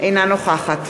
אינה נוכחת